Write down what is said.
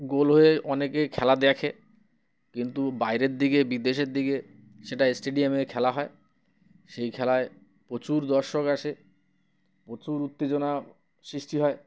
গোল হয়ে অনেকে খেলা দেখে কিন্তু বাইরের দিকে বিদেশের দিকে সেটা স্টেডিয়ামে খেলা হয় সেই খেলায় প্রচুর দর্শক আসে প্রচুর উত্তেজনা সৃষ্টি হয়